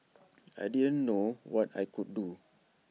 I didn't know what I could do